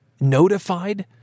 notified